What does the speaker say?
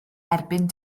erbyn